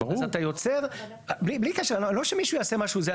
אז אתה יוצר, בלי קשר, לא שמישהו יעשה משהו זה.